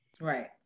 Right